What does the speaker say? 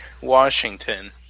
Washington